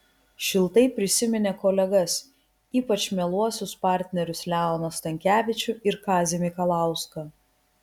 šiltai prisiminė kolegas ypač mieluosius partnerius leoną stankevičių ir kazį mikalauską